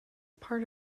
part